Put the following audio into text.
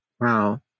Wow